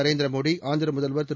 நரேந்திர மோடி ஆந்திர முதல்வர் திரு